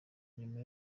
nyuma